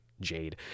Jade